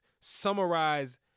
summarize